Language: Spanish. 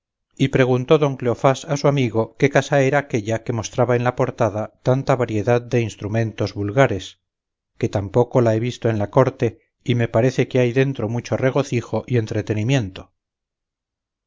y preguntó don cleofás a su amigo qué casa era aquella que mostraba en la portada tanta variedad de instrumentos vulgares que tampoco la he visto en la corte y me parece que hay dentro mucho regocijo y entretinimiento